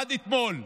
עד אתמול,